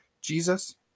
Jesus